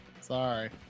Sorry